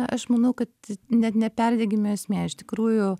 aš manau kad net ne perdegime esmė iš tikrųjų